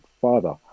father